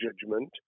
judgment